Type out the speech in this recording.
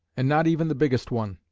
and not even the biggest one,